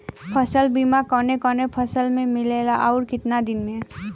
फ़सल बीमा कवने कवने फसल में मिलेला अउर कितना दिन में?